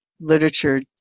literature